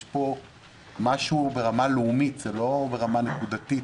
פה משהו ברמה הלאומית ולא ברמה נקודתית.